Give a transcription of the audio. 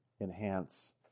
enhance